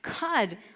God